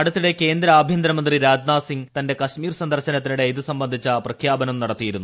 അടുത്തിടെ കേന്ദ്ര ആഭ്യന്തര മന്ത്രി രാജ്നാഥ്സിംഗ് തന്റെ കശ്മീർ സന്ദർശനത്തിനിടെ ഇത് സംബന്ധിച്ച പ്രഖ്യാപനം നടത്തിയിരുന്നു